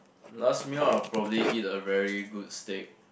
last meal I would probably eat a very good steak